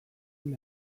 alde